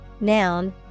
noun